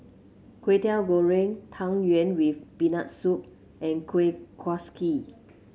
Kwetiau Goreng Tang Yuen with Peanut Soup and Kuih Kaswi